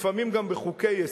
לפעמים גם בחוקי-יסוד,